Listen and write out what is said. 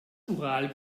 ural